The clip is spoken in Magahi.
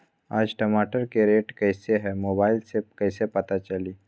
आज टमाटर के रेट कईसे हैं मोबाईल से कईसे पता चली?